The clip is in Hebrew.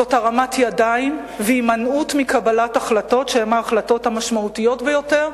זאת הרמת ידיים והימנעות מקבלת החלטות שהן ההחלטות המשמעותיות ביותר,